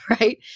right